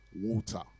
water